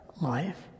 life